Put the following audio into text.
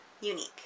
unique